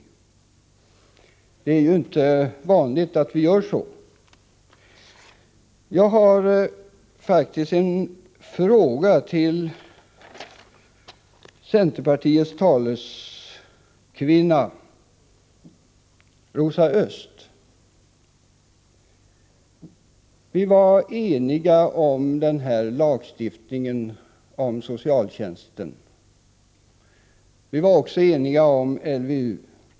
Det är ju inte vanligt att vi gör så. Jag har en fråga till centerpartiets talesman, Rosa Östh. Vi var eniga om lagstiftningen om socialtjänsten. Vi var också eniga om LVM.